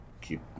keep